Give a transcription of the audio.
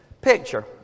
Picture